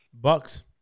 Bucks